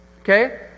Okay